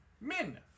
Min